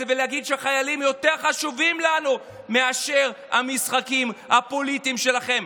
ולהגיד שהחיילים יותר חשובים מהמשחקים הפוליטיים שלכם.